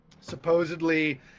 Supposedly